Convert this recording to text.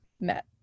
met